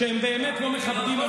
שהם באמת לא מכבדים,